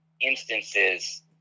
instances